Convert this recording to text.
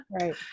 Right